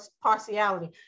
partiality